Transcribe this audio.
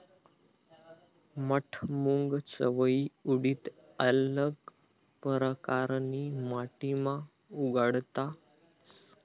मठ, मूंग, चवयी, उडीद आल्लग परकारनी माटीमा उगाडता येस